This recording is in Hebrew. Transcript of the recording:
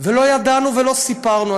ולא ידענו ולא סיפרנו.